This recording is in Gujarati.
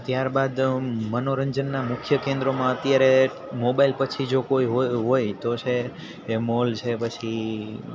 ત્યારબાદ મનોરંજનના મુખ્ય કેન્દ્રોમાં અત્યારે મોબાઈલ પછી જો કોઈ હોય હોય તો છે એ મોલ છે પછી